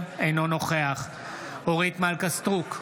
אינו נוכח אורית מלכה סטרוק,